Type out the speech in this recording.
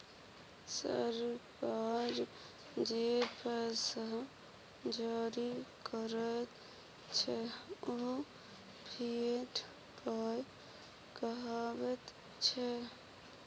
सरकार जे पैसा जारी करैत छै ओ फिएट पाय कहाबैत छै